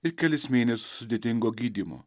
ir kelis mėnesius sudėtingo gydymo